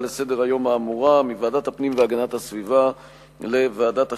לסדר-היום האמורה מוועדת הפנים והגנת הסביבה לוועדת החינוך,